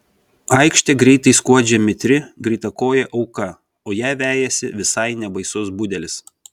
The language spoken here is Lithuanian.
aikšte greitai skuodžia mitri greitakojė auka o ją vejasi visai nebaisus budelis